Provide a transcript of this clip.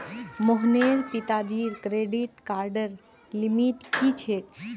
मोहनेर पिताजीर क्रेडिट कार्डर लिमिट की छेक